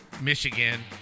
Michigan